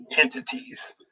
entities